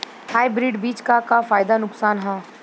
Hybrid बीज क का फायदा नुकसान ह?